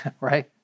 right